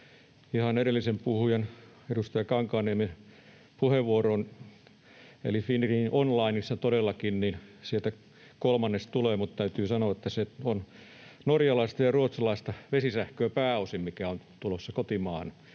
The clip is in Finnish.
edellisen puhujan, edustaja Kankaanniemen, puheenvuoroon: Fingrid Onlinen mukaan todellakin kolmannes tulee, mutta täytyy sanoa, että se on norjalaista ja ruotsalaista vesisähköä pääosin, mikä on tulossa kotimaahan.